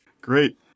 Great